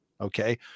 Okay